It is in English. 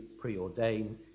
preordained